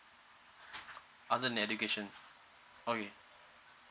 under an education okay